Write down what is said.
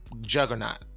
juggernaut